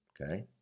okay